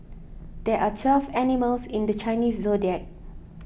there are twelve animals in the Chinese zodiac